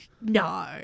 No